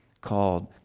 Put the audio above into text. called